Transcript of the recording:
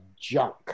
junk